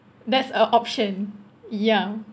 there's a option ya